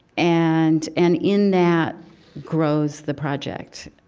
and and in that grows the project